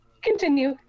Continue